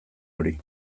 hori